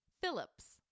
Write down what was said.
Phillips